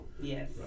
Yes